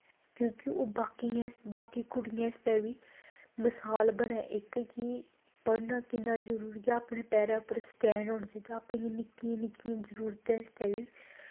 क्योंकि ओह् बाकी कुड़ियें आस्तै बी मसाल बनै इक कि पढ़ना किन्ना जरूरी ऐ अपने पैरैं पर स्टैंड होना चाहिदा अपनी निक्कियें निक्कियें जरूरतैं आस्तै बी